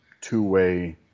two-way